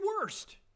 worst